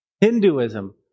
Hinduism